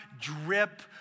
drip